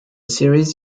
series